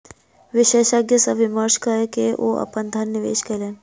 विशेषज्ञ सॅ विमर्श कय के ओ अपन धन निवेश कयलैन